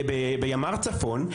ביחידה מרכזית צפון,